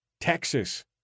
Texas